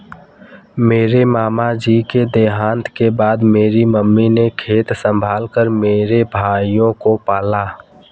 मेरे मामा जी के देहांत के बाद मेरी मामी ने खेत संभाल कर मेरे भाइयों को पाला